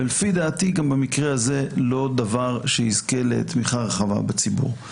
ולפי דעתי גם במקרה הזה לא דבר שיזכה לתמיכה רחבה בציבור.